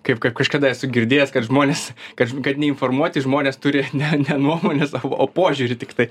kaip kad kažkada esu girdėjęs kad žmonės kad kad neinformuoti žmonės turi ne ne nuomonę savo o požiūrį tiktai